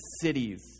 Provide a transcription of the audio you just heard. cities